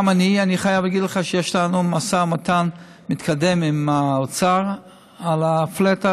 אני חייב להגיד לך שיש לנו משא ומתן מתקדם עם האוצר על ה-flat האחרון.